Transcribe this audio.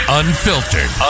unfiltered